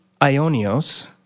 ionios